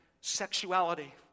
sexuality